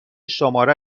شماره